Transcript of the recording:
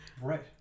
right